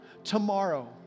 Tomorrow